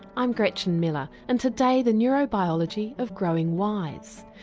i'm gretchen miller, and today the neuro-biology of growing wise,